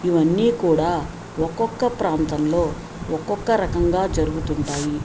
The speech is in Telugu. ఇవన్నీ కూడా ఒక్కొక్క ప్రాంతంలో ఒక్కొక్క రకంగా జరుగుతుంటాయి